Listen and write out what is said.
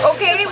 Okay